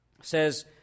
says